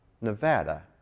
Nevada